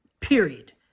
period